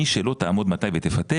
מי שלא תעמוד ותפטר,